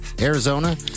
Arizona